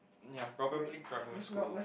ya probably primary school